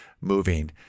moving